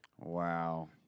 Wow